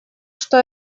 что